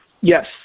Yes